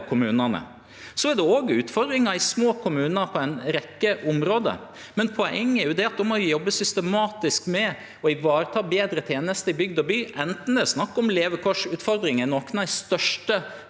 kommunane. Det er òg utfordringar i små kommunar på ei rekkje område. Poenget er at då må ein jobbe systematisk med å vareta betre tenester i bygd og by, anten det er snakk om levekårsutfordringar i nokre av dei største